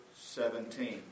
17